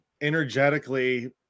energetically